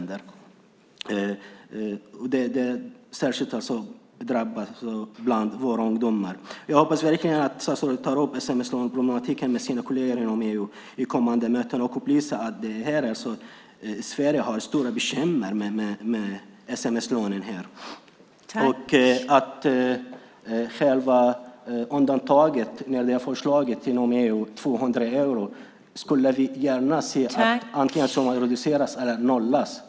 Det drabbar främst våra ungdomar. Jag hoppas verkligen att statsrådet tar upp sms-låneproblematiken med sina kolleger i kommande möten inom EU och upplyser dem om att Sverige har stora bekymmer med sms-lån. Undantaget på 200 euro, vad gäller förslaget inom EU, skulle vi gärna se antingen reducerades eller nollades.